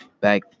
back